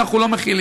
אנחנו לא מחילים.